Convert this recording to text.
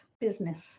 business